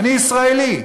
אני ישראלי,